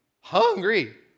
hungry